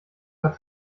hat